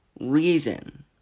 reason